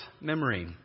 memory